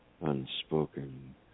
unspoken